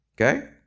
Okay